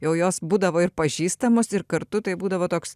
jau jos būdavo ir pažįstamos ir kartu tai būdavo toks